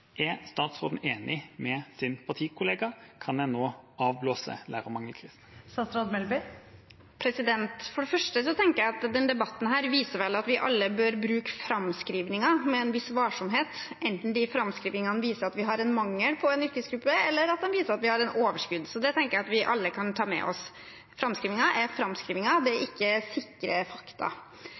Er statsråden enig med sin partikollega? Kan en nå avblåse lærermangelkrisen? For det første tenker jeg at denne debatten viser at vi alle bør bruke framskrivinger med en viss varsomhet, enten framskrivingene viser at vi har en mangel på en yrkesgruppe, eller om de viser at vi har et overskudd. Det tenker jeg at vi alle kan ta med oss. Framskrivinger er framskrivinger, det er ikke sikre fakta.